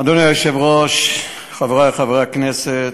אדוני היושב-ראש, חברי חברי הכנסת,